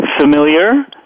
familiar